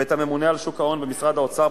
ואת הממונה על שוק ההון במשרד האוצר,